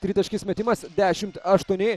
tritaškis metimas dešimt aštuoni